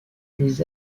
des